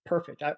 Perfect